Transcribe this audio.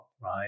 right